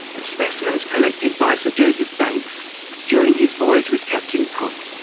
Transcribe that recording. of specimens collected by sir joseph banks during his voyage with captain cook,